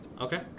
Okay